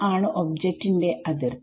ആണ് ഒബ്ജക്റ്റ് ന്റെ അതിർത്തി